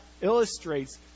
illustrates